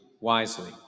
wisely